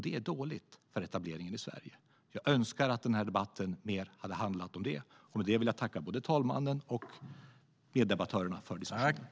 Det är dåligt för etableringen i Sverige. Jag önskar att den här debatten mer hade handlat om det. Jag vill tacka både herr talmannen och meddebattörerna för diskussionen.